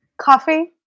Coffee